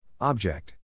Object